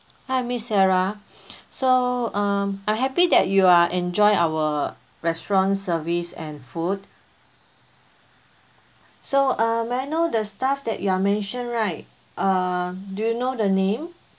hi miss sarah so um I'm happy that you are enjoy our restaurant service and food so uh may I know the staff that you are mention right uh do you know the name